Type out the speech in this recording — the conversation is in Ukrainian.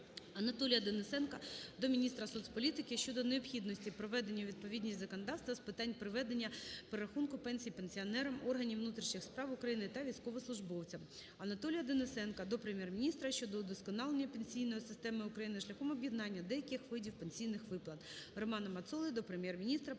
Анатолія Денисенка до Міністра соцполітики щодо необхідності приведення у відповідність законодавства з питань проведення перерахунку пенсій пенсіонерам органів внутрішніх справ України та військовослужбовцям. Анатолія Денисенка до Прем'єр-міністра щодо удосконалення пенсійної системи України, шляхом об'єднання деяких видів пенсійних виплат.